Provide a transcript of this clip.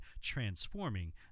transforming